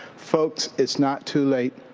folks, it's not too late.